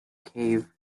cave